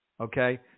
okay